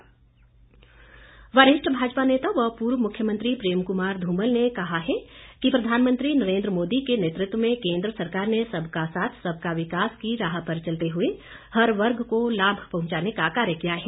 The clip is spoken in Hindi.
धुमल वरिष्ठ भाजपा नेता व पूर्व मुख्यमंत्री प्रेम कुमार धूमल ने कहा है कि प्रधानमंत्री नरेन्द्र मोदी के नेतृत्व में केन्द्र सरकार ने सबका साथ सबका विकास की राह पर चलते हुए हर वर्ग को लाभ पहुंचाने का कार्य किया है